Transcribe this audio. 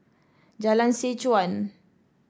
Jalan Seh Chuan